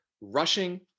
Rushing